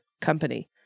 company